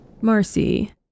Marcy